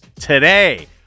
today